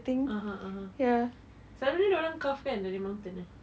(uh huh) (uh huh) selalunya dorang carve kan dari mountain